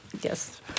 Yes